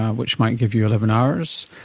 which might give you eleven hours,